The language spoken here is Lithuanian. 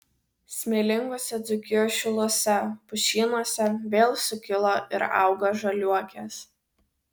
smėlinguose dzūkijos šiluose pušynuose vėl sukilo ir auga žaliuokės